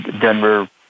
Denver